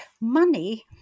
money